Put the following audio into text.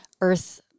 earth-